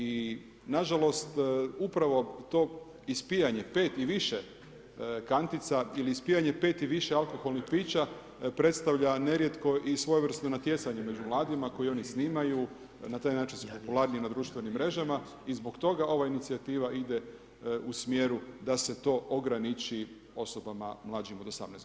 I nažalost, upravo to ispijanje pet i više kantica ili ispijanje pet i više alkoholnih pića predstavlja nerijetko i svojevrsno natjecanje među mladima koje oni snimaju i na taj način su popularniji na društvenim mrežama i zbog toga ova inicijativa ide u smjeru da se to ograniči osobama mlađim od 18 godina.